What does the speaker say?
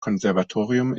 konservatorium